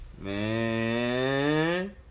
Man